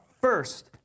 first